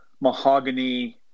mahogany